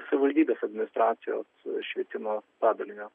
savivaldybės administracijos švietimo padalinio